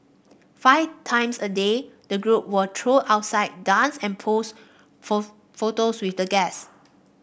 five times a day the group will trot outside dance and pose for photos with the guests